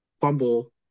fumble